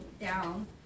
down